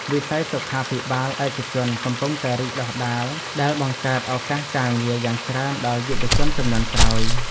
វិស័យសុខាភិបាលឯកជនកំពុងតែរីកដុះដាលដែលបង្កើតឱកាសការងារយ៉ាងច្រើនដល់យុវជនជំនាន់ក្រោយ។